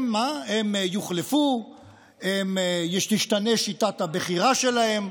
הם יוחלפו, תשתנה שיטת הבחירה שלהם.